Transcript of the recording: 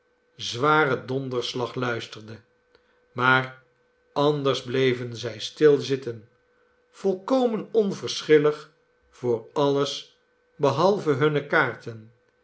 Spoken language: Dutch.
zwaren donderslag luisterde maar anders bleven zij stil zitten volkomen onverschillig voor alles behalve hunne kaarten